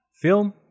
film